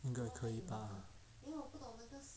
应该可以吧